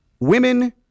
women